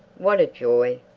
what joy,